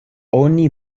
oni